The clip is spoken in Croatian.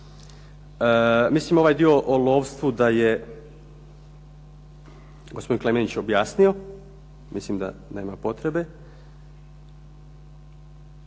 Mislim ovaj dio o lovstvu da je gospodin Klemenić objasnio, mislim da nema potrebe.